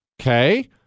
Okay